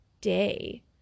day